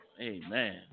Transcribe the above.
Amen